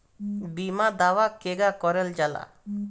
बीमा दावा केगा करल जाला?